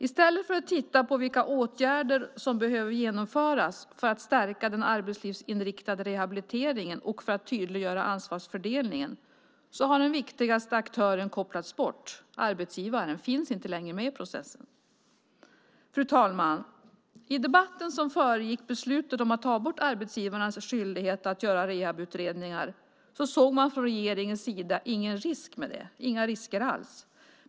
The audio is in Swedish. I stället för att titta på vilka åtgärder som behöver vidtas för att stärka den arbetslivsinriktade rehabiliteringen och för att tydliggöra ansvarsfördelningen har den viktigaste aktören kopplats bort. Arbetsgivaren finns inte längre med i processen. Fru talman! I debatten som föregick beslutet att ta bort arbetsgivarnas skyldighet att göra rehabiliteringsutredningar såg man från regeringens sida inga risker.